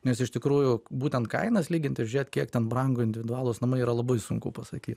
nes iš tikrųjų būtent kainas lyginti ir žiūrėt kiek ten brango individualūs namai yra labai sunku pasakyt